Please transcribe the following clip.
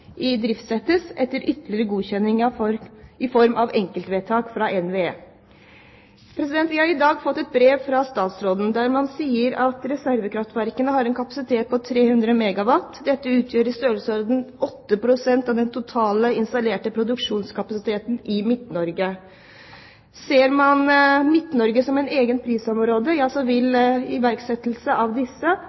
etter ytterligere godkjenning, i form av enkeltvedtak fra NVE. Vi har i dag fått et brev fra statsråden, der man sier at reservekraftverkene har en kapasitet på 300 MW. Dette utgjør i størrelsesorden 8 pst. av den totale installerte produksjonskapasiteten i Midt-Norge. Ser man Midt-Norge som et eget prisområde, vil iverksettelse av disse